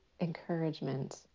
encouragement